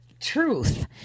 truth